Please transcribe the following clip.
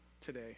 today